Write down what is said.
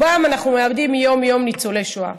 יום-יום אנחנו מאבדים ניצולי שואה.